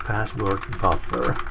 password buffer.